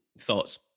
thoughts